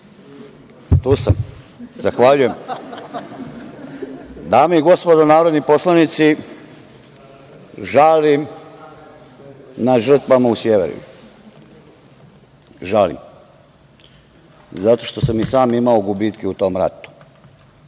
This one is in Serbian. Rističević** Dame i gospodo narodni poslanici, žalim nad žrtvama u Sjeverinu. Žalim zato što sam i sam imao gubitke u tom ratu.